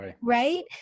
right